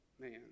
Man